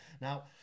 now